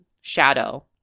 shadow